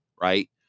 right